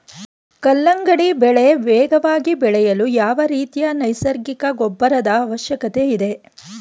ಕಲ್ಲಂಗಡಿ ಬೆಳೆ ವೇಗವಾಗಿ ಬೆಳೆಯಲು ಯಾವ ರೀತಿಯ ನೈಸರ್ಗಿಕ ಗೊಬ್ಬರದ ಅವಶ್ಯಕತೆ ಇದೆ?